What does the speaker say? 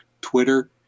Twitter